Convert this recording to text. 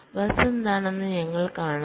bus എന്താണെന്ന് ഞങ്ങൾ കാണുന്നു